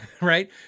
right